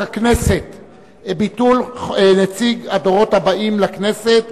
הכנסת (תיקון, ביטול נציב הדורות הבאים לכנסת),